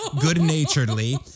good-naturedly